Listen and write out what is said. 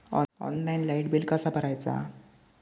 Online light bill कसा भरायचा?